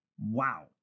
Wow